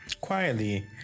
quietly